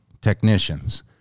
technicians